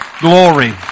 glory